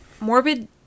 Morbid